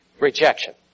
Rejection